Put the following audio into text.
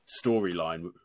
storyline